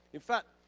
in fact,